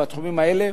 בתחומים האלה.